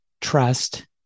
trust